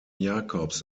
jakobs